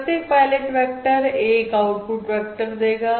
प्रत्येक pilot vector एक output vector देगा